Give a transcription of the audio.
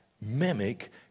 mimic